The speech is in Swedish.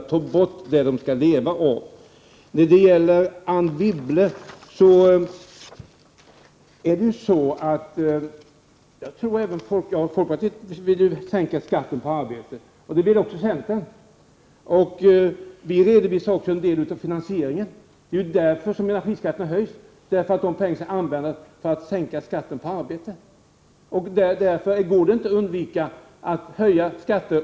Enligt Rune Rydén gäller det att ta bort det som kommunerna skall leva av. Så till Anne Wibble. Folkpartiet vill liksom centern sänka skatten på arbete. Men vi redovisar dessutom delvis hur finansieringen skall gå till, nämligen genom höjningen av energiskatterna. De pengar som man därigenom skulle få in kunde användas till att finansiera sänkningen av skatten på arbete. Då går det inte att undvika höjda skatter.